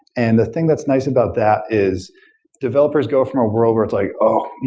and the thing that's nice about that is developers go from a world where it's like, oh!